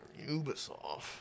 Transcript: Ubisoft